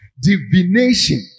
Divination